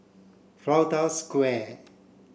Flanders Square